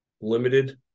limited